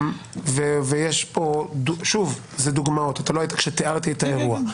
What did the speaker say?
זה דוגמאות, לא היית פה כשתיארתי את האירוע.